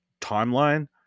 timeline